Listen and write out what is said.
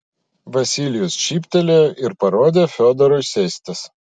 vasilijus šyptelėjo ir parodė fiodorui sėstis